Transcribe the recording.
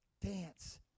dance